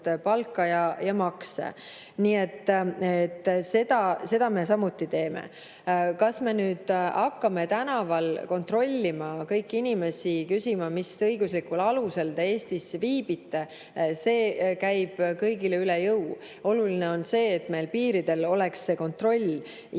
palka ja makse. Seda me samuti teeme. Kas me nüüd hakkame tänaval kontrollima kõiki inimesi ja küsima, mis õiguslikul alusel nad Eestis viibivad? See käiks kõigile üle jõu. Oluline on see, et meil oleks piiridel kontroll ja